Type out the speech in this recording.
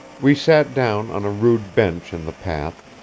we sat down on a rude bench in the path,